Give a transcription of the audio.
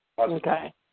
Okay